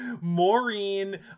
Maureen